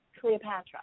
Cleopatra